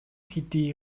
хэдий